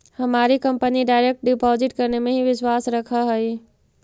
हमारी company direct deposit करने में ही विश्वास रखअ हई